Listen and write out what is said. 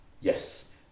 Yes